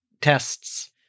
tests